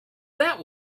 that